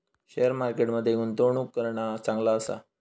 share market मध्ये गुंतवणूक करणा चांगला आसा